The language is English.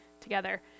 together